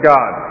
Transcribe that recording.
God